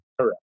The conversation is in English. Correct